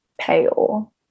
pale